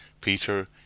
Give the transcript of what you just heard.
Peter